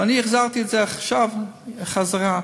ואני החזרתי את זה עכשיו בחזרה.